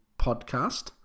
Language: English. podcast